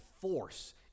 force